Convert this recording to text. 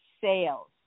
sales